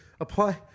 apply